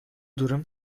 durum